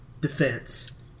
defense